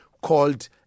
called